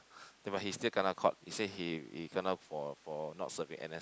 but he still kena caught he said he he kena for for not serving N_S